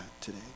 today